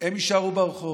הם יישארו ברחוב.